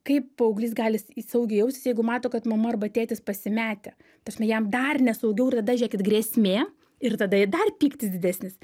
kaip paauglys gali saugiai jaustis jeigu mato kad mama arba tėtis pasimetę ta prasme jam dar nesaugiau ir tada žėkit grėsmė ir tada ir dar pyktis didesnis